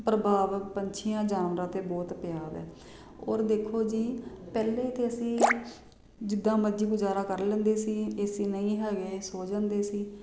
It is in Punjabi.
ਪ੍ਰਭਾਵ ਪੰਛੀਆਂ ਜਾਨਵਰਾਂ 'ਤੇ ਬਹੁਤ ਪਿਆਰ ਹੈ ਔਰ ਦੇਖੋ ਜੀ ਪਹਿਲੇ ਤਾਂ ਅਸੀਂ ਜਿੱਦਾਂ ਮਰਜ਼ੀ ਗੁਜ਼ਾਰਾ ਕਰ ਲੈਂਦੇ ਸੀ ਏਸੀ ਨਹੀਂ ਹੈਗੇ ਸੋ ਜਾਂਦੇ ਸੀ